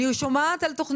אז אני שומעת על תוכניות,